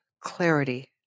clarity